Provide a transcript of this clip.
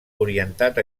orientat